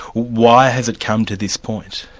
why has it come to this point?